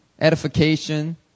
edification